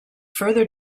further